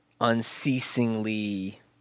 unceasingly